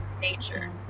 nature